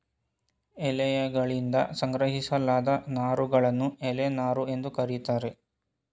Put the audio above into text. ಎಲೆಯಗಳಿಂದ ಸಂಗ್ರಹಿಸಲಾದ ನಾರುಗಳನ್ನು ಎಲೆ ನಾರು ಎಂದು ಕರೀತಾರೆ